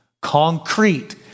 Concrete